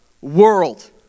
world